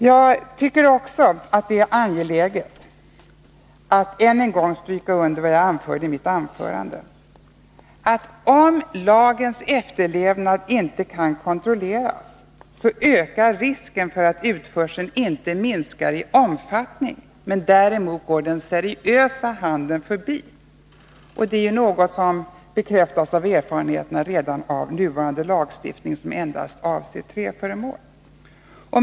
Jag tycker också att det är angeläget att än en gång stryka under vad jag sade i mitt anförande. Om lagens efterlevnad inte kan kontrolleras ökar risken för att utförseln inte minskar i omfattning men däremot går den seriösa handeln förbi. Det är något som bekräftas av erfarenheterna redan av den nuvarande lagstiftningen, som endast avser träföremål.